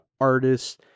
artists